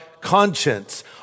conscience